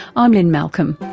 i'm lynne malcolm.